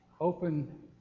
open